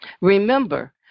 Remember